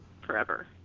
forever